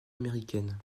américaines